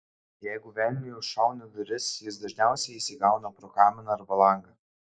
jeigu velniui užšauni duris jis dažniausiai įsigauna pro kaminą arba langą